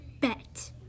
Bet